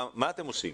מה אתם עושים?